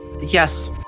Yes